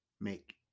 make